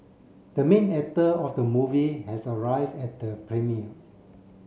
the main actor of the movie has arrive at the premieres